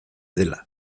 dela